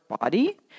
body